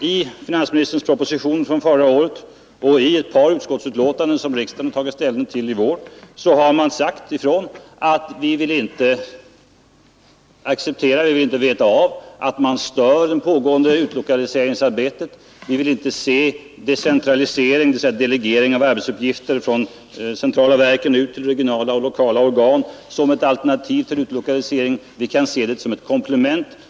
I finansministern proposition från förra året och i ett par utskottsbetänkanden som riksdagen tagit ställning till i vår har det sagts ifrån att man inte vill störa det pågående utlokaliseringsarbetet; man accepterar inte en decentralisering, dvs. delegering av arbetsuppgifter från centrala verk ut till regionala och lokala organ, som ett alternativ till utlokalisering, bara som ett komplement.